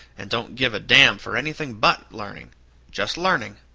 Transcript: and don't give a damn for anything but learning just learning,